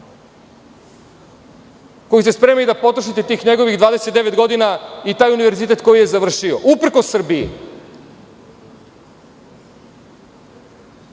koji ste spremni da potrošite tih njegovih 29 godina i taj univerzitet koji je završio, uprkos Srbiji,